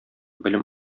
белем